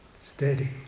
steady